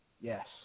Yes